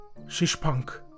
Shishpunk